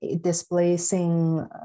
displacing